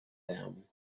them